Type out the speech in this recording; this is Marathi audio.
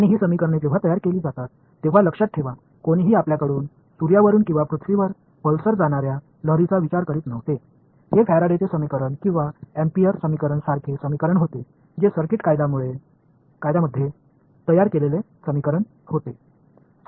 आणि ही समीकरणे जेव्हा तयार केली जातात तेव्हा लक्षात ठेवा कोणीही आपल्याकडून सूर्यावरून किंवा पृथ्वीवर पल्सर जाणाऱ्या लहरीचा विचार करीत नव्हते हे फॅरेडेचे समीकरण किंवा अँपिअर समीकरण सारखे समीकरण होते जे सर्किट कायद्यांमध्ये तयार केलेले समीकरण होते